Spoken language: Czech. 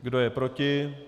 Kdo je proti?